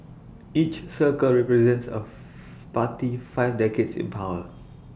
each circle represents of party's five decades in power